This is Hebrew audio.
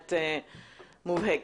באמת מובהקת.